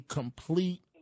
complete